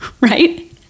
Right